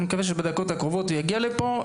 אני קווה שבדקות הקרובות יגיע לפה.